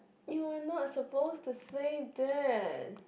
you are not supposed to say that